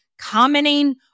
commenting